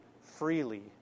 freely